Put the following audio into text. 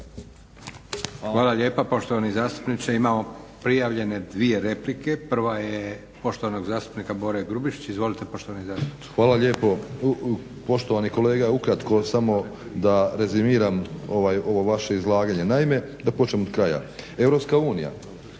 Hvala lijepa poštovani zastupniče. Imamo prijavljene 2 replike. Prva je poštovanog zastupnika Bore Grubišića. Izvolite poštovani zastupniče. **Grubišić, Boro (HDSSB)** Hvala lijepo. Poštovani kolega ukratko samo da rezimiram ovo vaše izlaganje. Naime, da počnem od kraja, EU postoje